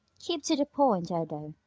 keep to the point, dodo.